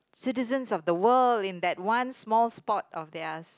citizens of the world in that one small spot of theirs